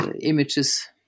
images